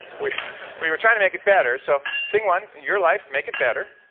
we we were trying to make it better. so, thing one your life, make it better.